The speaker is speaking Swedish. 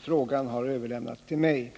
Frågan har överlämnats till mig.